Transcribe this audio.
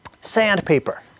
sandpaper